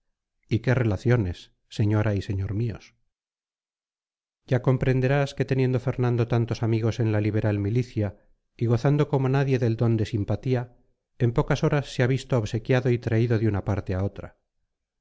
y qué relaciones señora y señor míos ya comprenderás que teniendo fernando tantos amigos en la liberal milicia y gozando como nadie del don de simpatía en pocas horas se ha visto obsequiado y traído de una parte a otra